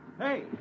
Hey